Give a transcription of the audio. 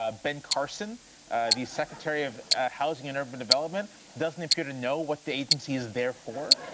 ah ben carson the secretary of at housing and urban development doesn't appear to know what the agency is there for.